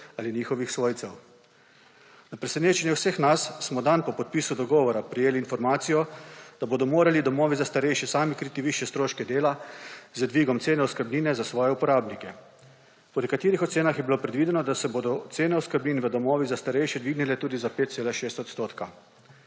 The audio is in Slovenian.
ali njihovih svojcev. Na presenečenje vseh nas smo dan po podpisu dogovora prejeli informacijo, da bodo morali domovi za starejše sami kriti višje stroške dela z dvigom ene oskrbnine za svoje uporabnike. Po nekaterih ocenah je bilo predvideno, da se bodo cene oskrbnin v domovih za starejše dvignile tudi za 5,6 %.